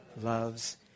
loves